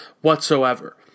whatsoever